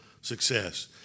success